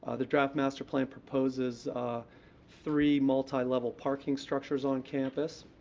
ah the draft master plan proposes three multilevel parking structures on campus,